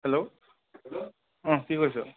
hello hello অঁ কি কৰিছ